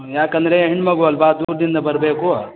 ಯಾಕಂದರೆ ಹೆಣ್ಣು ಮಗು ಅಲ್ಲವಾ ದೂರದಿಂದ ಬರಬೇಕು